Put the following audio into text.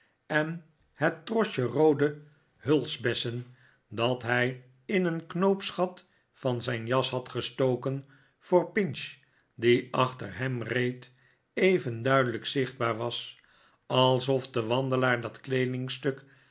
en het trosje roode hulstbessen dat hij in een knoopsgat van zijn jas had gestoken voor pinch die achter hem reed even duidelijk zichtbaar was alsof de wandelaar dat kleedingstuk